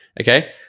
Okay